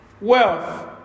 wealth